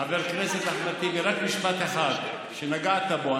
חבר הכנסת אחמד טיבי, רק משפט אחד שנגעת בו.